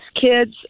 kids